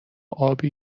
ابی